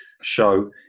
show